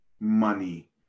money